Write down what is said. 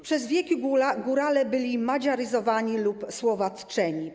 Przez wieki górale byli madziaryzowani lub słowacczeni.